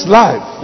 life